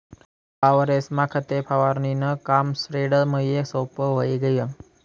वावरेस्मा खते फवारणीनं काम स्प्रेडरमुये सोप्पं व्हयी गय